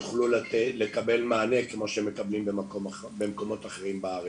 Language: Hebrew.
יוכלו לקבל מענה כמו שמקבלים במקומות אחרים בארץ.